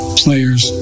players